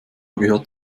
gehört